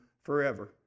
forever